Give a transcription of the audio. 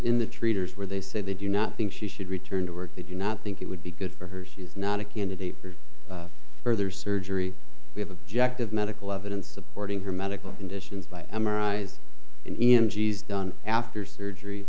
in the treaters where they say they do not think she should return to work they do not think it would be good for her she is not a candidate for further surgery we have objective medical evidence supporting her medical conditions by m r eyes in g s done after surgery